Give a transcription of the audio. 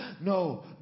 No